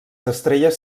estrelles